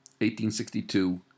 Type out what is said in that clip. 1862